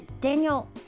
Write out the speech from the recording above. Daniel